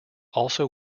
also